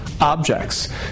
objects